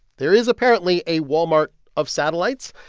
there is apparently a walmart of satellites.